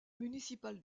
municipale